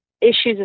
issues